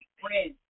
Friends